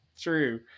True